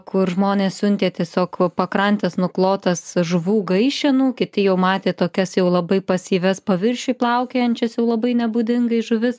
kur žmonės siuntė tiesiog pakrantes nuklotas žuvų gaišenų kiti jau matė tokias jau labai pasyvias paviršiuj plaukiojančias jau labai nebūdingai žuvis